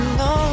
no